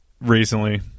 recently